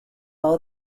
all